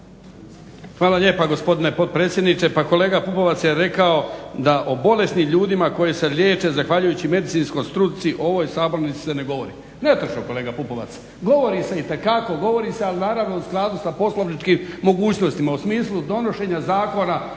Hvala lijepa, gospodine potpredsjedniče. Pa kolega Pupovac je rekao da o bolesnim ljudima koji se liječe zahvaljujući medicinskoj struci u ovoj sabornici se ne govori. Netočno kolega Pupovac, govori se itekako, govori se ali naravno u skladu sa poslovničkim mogućnostima u smislu donošenja zakona